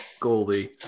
goalie